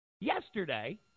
yesterday